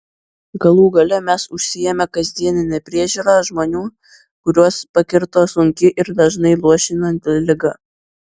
galų gale mes užsiėmę kasdiene priežiūra žmonių kuriuos pakirto sunki ir dažnai luošinanti liga